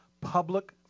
public